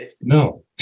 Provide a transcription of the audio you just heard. No